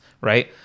right